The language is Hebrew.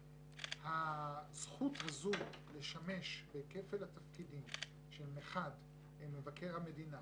הזכות הזו לשמש בכפל התפקידים שמחד האחד הוא מבקר המדינה